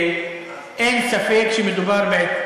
ולכן, שבע דקות לדבר.